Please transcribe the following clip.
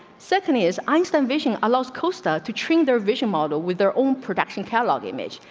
second is einstein. vision allows costa to trim their vision model with their own production catalog image,